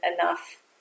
enough